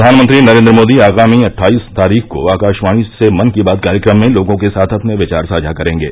प्रधानमंत्री नरेन्द्र मोदी आगामी अट्ठाईस तारीख को आकाशवाणी से मन की बात कार्यक्रम में लोगों के साथ अपने विचार साझा करेंगे